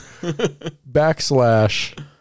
backslash